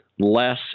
Less